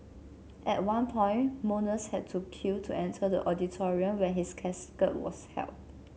at one point mourners had to queue to enter the auditorium where his casket was held